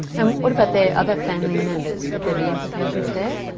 um what about their other family members? would there be implications there?